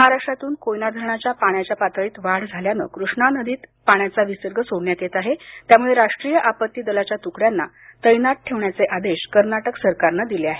महाराष्ट्रातून कोयना धरणाच्या पाण्याच्या पातळीत वाढ झाल्यानं कृष्णा नदीत पाण्याचा विसर्ग सोडण्यात येत आहे त्यामुळे राष्ट्रीय आपत्ती दलाच्या तुकड्यांना तैनात ठेवण्याचे आदेश कर्नाटक सरकारनं दिले आहेत